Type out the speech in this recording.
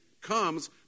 comes